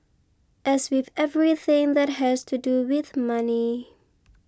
as with everything that has to do with money